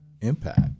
impact